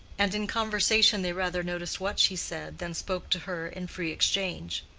and in conversation they rather noticed what she said than spoke to her in free exchange.